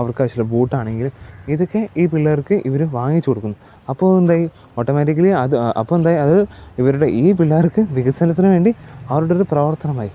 അവർക്കാവശ്യമുള്ള boot ആണെങ്കിലും ഇതൊക്കെ ഈ പിള്ളേർക്ക് ഇവര് വാങ്ങിച്ചു കൊടുക്കും അപ്പോൾ എന്തായി ഓട്ടോമാറ്റിക്കലി അത് അപ്പം എന്തായി അത് ഇവരുടെ ഈ പിള്ളേർക്ക് വികസനത്തിന് വേണ്ടി അവരുടെത് പ്രവർത്തനമായി